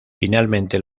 finalmente